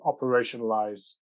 operationalize